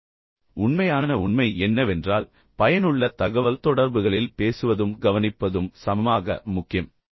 இப்போது உண்மையான உண்மை என்னவென்றால் பயனுள்ள தகவல்தொடர்புகளில் பேசுவதும் கவனிப்பதும் சமமாக முக்கியம்